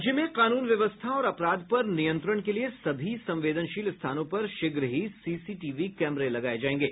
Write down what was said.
राज्य में कानून व्यवस्था और अपराध पर नियंत्रण के लिए सभी संवदेनशील स्थानों पर शीघ्र ही सीसीटीवी लगाये जायेंगे